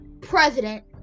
president